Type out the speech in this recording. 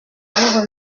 vous